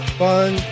fun